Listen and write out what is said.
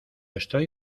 estoy